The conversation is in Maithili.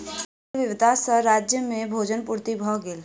फसिल विविधता सॅ राज्य में भोजन पूर्ति भ गेल